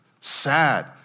sad